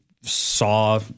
saw –